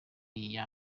iya